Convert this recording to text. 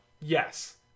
yes